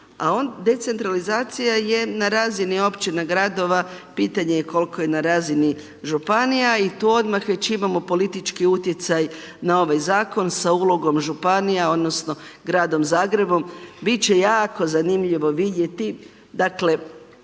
a decentralizacija je na razini općina, gradova, pitanje je koliko je na razini županija i tu odmah već imamo politički utjecaj na ovaj zakon sa ulogom županija, odnosno gradom Zagrebom bit će jako zanimljivo vidjeti, dakle